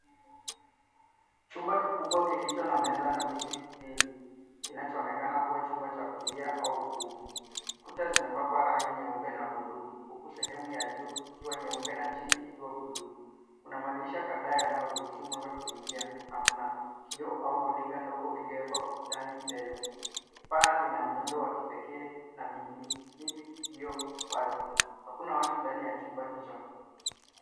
Chumba kikubwa kilicho na meza na viti vingi. Kinachoonekana kuwa chumba cha kulia au ukumbi. Kuta zimepakwa rangi nyeupe na buluu huku sehemu ya juu ikiwa nyeupe na chini ikiwa buluu. Kuna madirisha kadhaa yanayoruhusu mwanga kuingia, na kuna kioo au runinga ndogo iliyowekwa ukutani mbele. Paa lina muundo wa kipekee na (cs)mik(cs). Hakuna watu ndani ya chumba hicho.